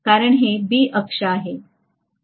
कारण हे B अक्ष आहे